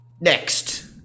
Next